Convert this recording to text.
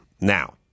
Now